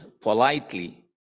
politely